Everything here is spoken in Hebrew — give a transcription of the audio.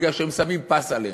כי הם שמים פס עליהם,